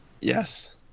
Yes